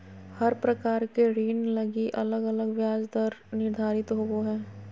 हर प्रकार के ऋण लगी अलग अलग ब्याज दर निर्धारित होवो हय